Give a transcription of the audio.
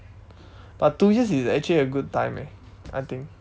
but two years is actually a good time eh I think